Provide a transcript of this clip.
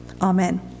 Amen